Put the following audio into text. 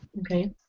Okay